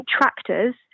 tractors